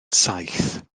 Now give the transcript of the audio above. saith